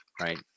right